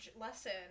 lesson